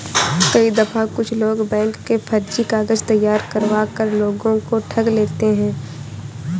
कई दफा कुछ लोग बैंक के फर्जी कागज तैयार करवा कर लोगों को ठग लेते हैं